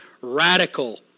radical